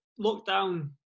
lockdown